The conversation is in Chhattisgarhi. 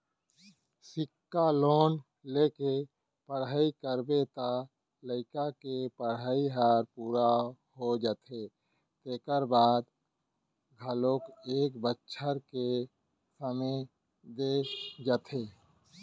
सिक्छा लोन लेके पढ़ई करबे त लइका के पड़हई ह पूरा हो जाथे तेखर बाद घलोक एक बछर के समे दे जाथे